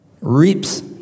reaps